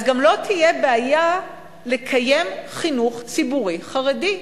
אז גם לא תהיה בעיה לקיים חינוך ציבורי חרדי.